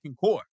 core